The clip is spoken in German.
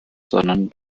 sondern